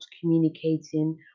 communicating